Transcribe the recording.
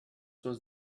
was